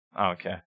Okay